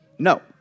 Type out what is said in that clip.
No